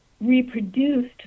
reproduced